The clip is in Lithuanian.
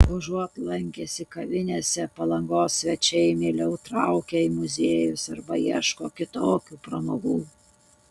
užuot lankęsi kavinėse palangos svečiai mieliau traukia į muziejus arba ieško kitokių pramogų